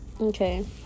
Okay